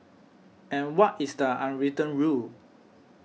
and what is the unwritten rule